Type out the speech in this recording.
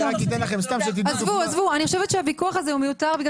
אני רק אתן לכם, סתם שתדעו דוגמה.